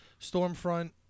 Stormfront